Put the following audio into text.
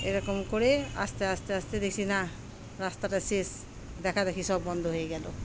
এরকম করে আস্তে আস্তে আস্তে দেখছি না রাস্তাটা শেষ দেখাদেখি সব বন্ধ হয়ে গেলো